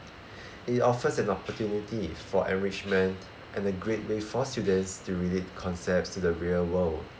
it offers an opportunity for enrichment and a great way for students to relate concepts to the real world